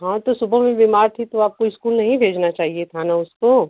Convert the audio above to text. हाँ तो सुबह भी बीमार थी तो आपको इस्कूल नहीं भेजना चाहिए था ना उसको